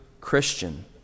Christian